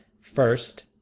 first